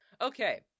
okay